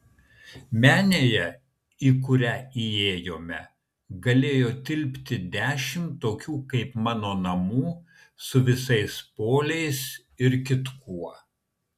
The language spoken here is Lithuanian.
menėje į kurią įėjome galėjo tilpti dešimt tokių kaip mano namų su visais poliais ir kitkuo